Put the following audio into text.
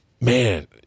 man